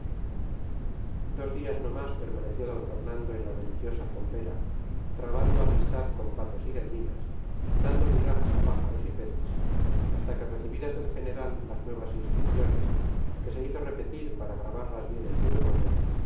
dos días no más permaneció d fernando en la deliciosa fombera trabando amistad con patos y gallinas dando migajas a pájaros y peces hasta que recibidas del general las nuevas instrucciones que se hizo repetir para grabarlas bien en su memoria